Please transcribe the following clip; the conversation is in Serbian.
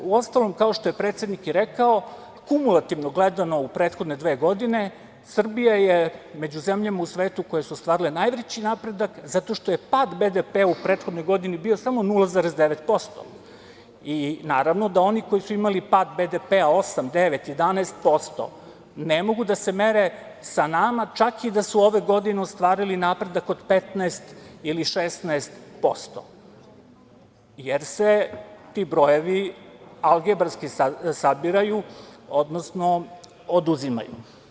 Uostalom, kao što je predsednik i rekao, kumulativno gledano u prethodne dve godine Srbija je među zemljama u svetu koje su ostvarile najveći napredak zato što je pad BDP u prethodnoj godini bio samo 0,9% i naravno da oni koji su imali pad BDP-a 8%, 9%, 11% ne mogu da se mere sa nama čak da su i ove godine ostvarili napredak od 15% ili 16%, jer se ti brojevi algebarski sabiraju, odnosno oduzimaju.